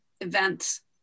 events